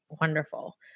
wonderful